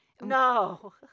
No